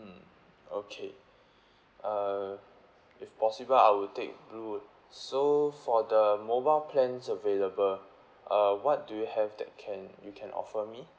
mm okay uh if possible I would take note so for the mobile plans available uh what do you have that can you can offer me